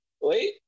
wait